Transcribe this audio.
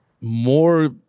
more